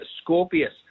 Scorpius